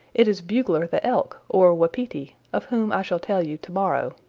it is bugler the elk, or wapiti, of whom i shall tell you to-morrow.